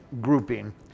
grouping